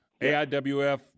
AIWF